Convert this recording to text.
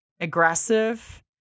aggressive